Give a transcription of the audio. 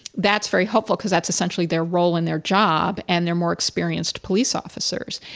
that's very helpful because that's essentially their role in their job and they're more experienced police officers.